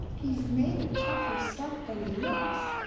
he's made of tougher stuff than he looks,